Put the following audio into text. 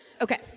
Okay